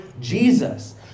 Jesus